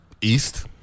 east